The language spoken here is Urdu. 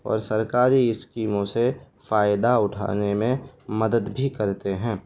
اور سرکاری اسکیموں سے فائدہ اٹھانے میں مدد بھی کرتے ہیں